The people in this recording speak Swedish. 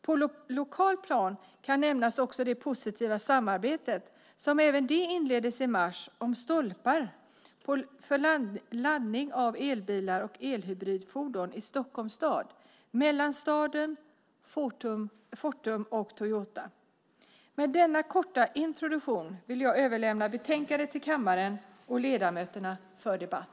På lokalt plan kan också nämnas det positiva samarbete som även det inleddes i mars om stolpar för laddning av elbilar och elhybridfordon i Stockholms stad mellan staden, Fortum och Toyota. Med denna korta introduktion vill jag överlämna betänkandet till kammaren och ledamöterna för debatt.